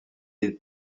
des